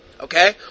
Okay